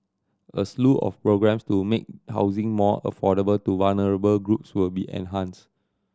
a slew of programmes to make housing more affordable to vulnerable groups will be enhanced